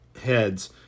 heads